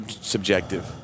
Subjective